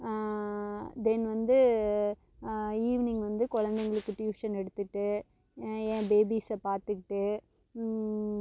தென் வந்து ஈவினிங் வந்து குழந்தைங்களுக்கு டியூஷன் எடுத்துட்டு என் பேபிஸை பார்த்துக்கிட்டு